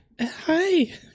Hi